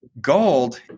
Gold